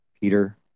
Peter